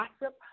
gossip